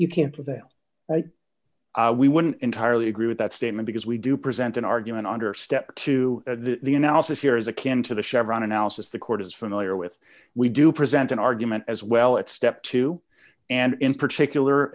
you can't do that we wouldn't entirely agree with that statement because we do present an argument under step to the analysis here is akin to the chevron analysis the court is familiar with we do present an argument as well at step two and in particular